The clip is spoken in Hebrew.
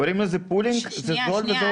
קוראים לזה "פולינג", וזה עובד.